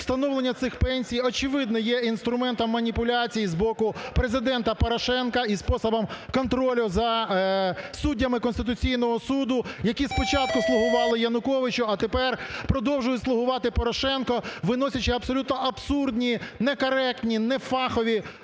встановлення цих пенсій, очевидно, є інструментом маніпуляцій з боку Президента Порошенка і способом контролю за суддями Конституційного Суду, які спочатку слугували Януковичу, а тепер продовжують слугувати Порошенку, виносячи абсолютно абсурдні, некоректні, нефахові судові